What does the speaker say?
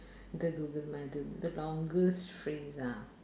the google the longest phrase ah